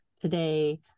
Today